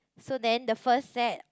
so then the first set